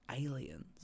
Aliens